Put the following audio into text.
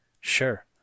Sure